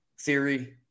theory